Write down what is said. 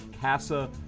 Casa